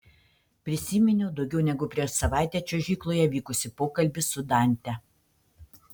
prisiminiau daugiau negu prieš savaitę čiuožykloje vykusį pokalbį su dante